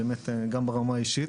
גם ברמה האישית.